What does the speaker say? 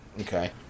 Okay